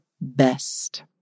best